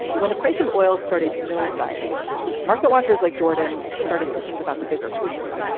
when the price of oil started nosediving market watchers like jordan started to think about the bigger picture,